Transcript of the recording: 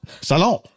salon